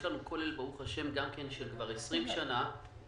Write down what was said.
יש לנו כולל של 20 שנה.